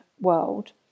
world